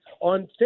on